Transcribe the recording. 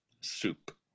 soup